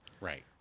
Right